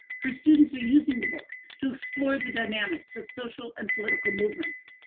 her students are using the book to explore the dynamics of social and political movements.